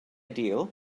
deal